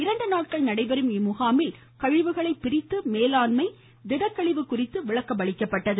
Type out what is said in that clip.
இரண்டு நாட்கள் நடைபெறும் இம்முகாமில் கழிவுகளை பிரித்து மேலாண்மை திடக்கழிவு குறித்து விளக்கம் அளிக்கப்பட்டது